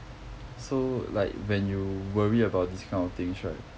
so like when you worry about these kind of things right